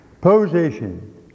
Position